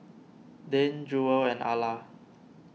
Dane Jewel and Alla